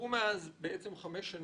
עברו מאז חמש שנים.